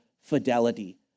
fidelity